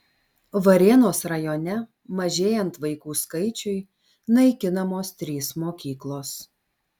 varėnos rajone mažėjant vaikų skaičiui naikinamos trys mokyklos